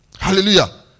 Hallelujah